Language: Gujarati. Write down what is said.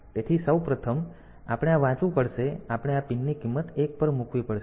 તેથી સૌ પ્રથમ તેથી આપણે આ વાંચવું પડશે અને આપણે આ પિનની કિંમત 1 પર મૂકવી પડશે